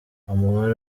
umubare